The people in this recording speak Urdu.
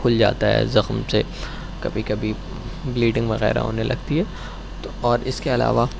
کھل جاتا ہے زخم سے کبھی کبھی بلیڈنگ وغیرہ ہونے لگتی ہے اور اس کے علاوہ